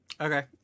okay